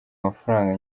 amafaranga